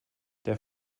der